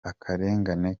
akarengane